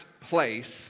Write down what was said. place